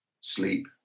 sleep